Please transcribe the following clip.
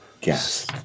gas